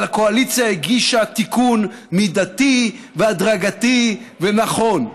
אבל הקואליציה הגישה תיקון מידתי והדרגתי ונכון.